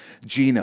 genome